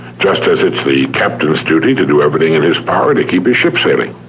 just as it's the captain's duty to do everything in his power to keep his ship sailing.